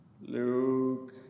Luke